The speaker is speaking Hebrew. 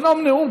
לנאום נאום,